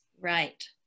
right